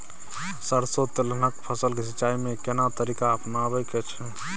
सरसो तेलहनक फसल के सिंचाई में केना तरीका अपनाबे के छै?